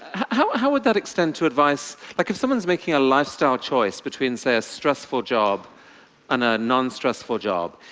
how how would that extend to advice, like, if someone is making a lifestyle choice between, say, a stressful job and a non-stressful job,